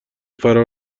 فرار